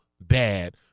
bad